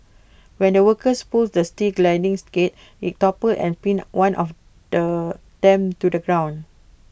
when the workers pulled the steel sliding gate IT toppled and pinned one of the them to the ground